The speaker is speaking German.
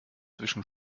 zwischen